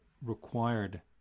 required